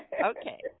Okay